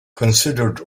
considered